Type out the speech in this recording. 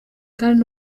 kandi